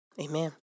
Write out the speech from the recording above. Amen